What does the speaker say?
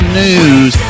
news